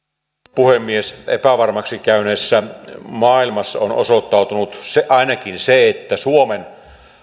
puhemies epävarmaksi käyneessä maailmassa on osoittautunut ainakin suomen